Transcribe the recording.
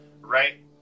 right